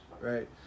right